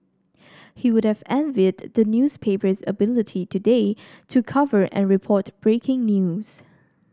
he would have envied the newspaper's ability today to cover and report breaking news